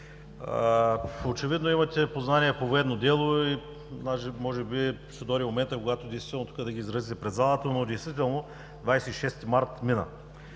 Очевидно имате познания по военно дело и може би ще дойде моментът, когато да ги изразите пред залата. Но действително 26 март мина.